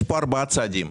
יש פה ארבעה צעדים,